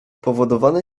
powodowany